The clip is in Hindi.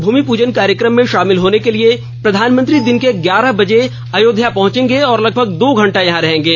भूमि पूजन कार्यक्रम में शामिल होने के लिए प्रधानमंत्री दिन के ग्यारह बजे अयोध्या पहुंचेंगे और लगभग दो घंटे यहां रहेंगे